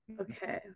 Okay